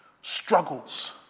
struggles